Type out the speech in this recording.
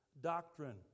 doctrine